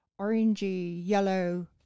orangey-yellow